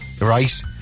right